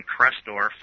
Crestor